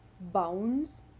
bounds